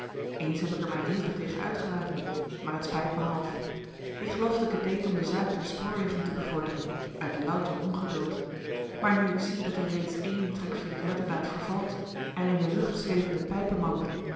eens heb ik er mij hevig tegen uitgelaten maar t spijt me half ik geloof dat ik het deed om de zaak der spoorwegen te bevorderen uit louter ongeduld maar nu ik zie dat er reeds één trekveer metterdaad vervalt en in de lucht zwevende